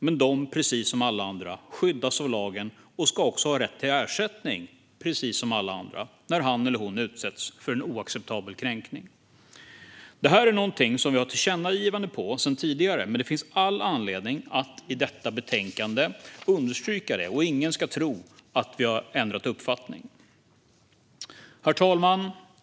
Men de skyddas precis som alla andra av lagen och ska också ha rätt till ersättning, precis som alla andra, när de utsätts för en oacceptabel kränkning. Detta är något som vi har ett tillkännagivande om sedan tidigare, men det finns all anledning att understryka det i detta betänkande. Ingen ska tro att vi har ändrat uppfattning. Herr talman!